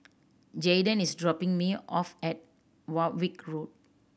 Jayden is dropping me off at Warwick Road